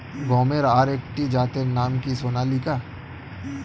গমের আরেকটি জাতের নাম কি সোনালিকা?